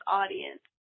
audience